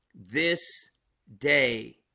this day